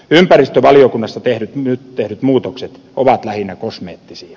ympäristövaliokunnassa nyt tehdyt muutokset ovat lähinnä kosmeettisia